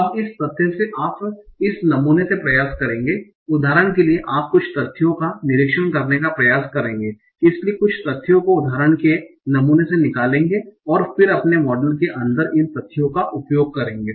अब इस तथ्य से आप इस नमूने से प्रयास करेंगे उदाहरण के लिए आप कुछ तथ्यों का निरीक्षण करने का प्रयास करेंगे इसलिए कुछ तथ्यों को उदाहरणों के नमूने से निकालेंगे और फिर अपने मॉडल के अंदर इन तथ्यों का उपयोग करेंगे